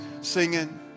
singing